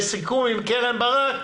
בסיכום עם קרן ברק,